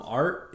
art